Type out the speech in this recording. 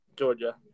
Georgia